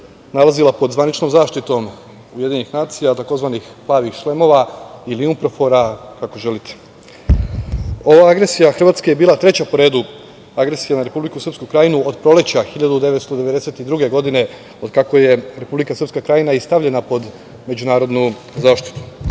nalazila pod zvaničnom zaštitom UN, tzv. „Plavih šlemova“ ili Unprofora, kako želite. Ova agresija Hrvatske je bila treća po redu agresija na Republiku Srpsku Krajinu od proleća 1992. godine, od kako je Republika Srpska Krajina i stavljena pod međunarodnu zaštitu. Dakle,